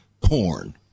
porn